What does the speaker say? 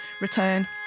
Return